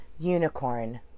Unicorn